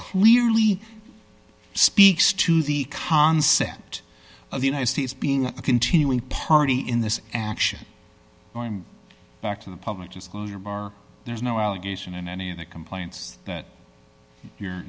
clearly speaks to the concept of the united states being a continuing party in this action going back to the public disclosure bar there's no allegation in any of the complaints that you're